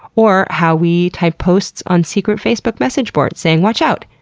or how we type posts on secret facebook message boards saying, watch out,